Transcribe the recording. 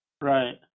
right